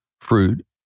fruit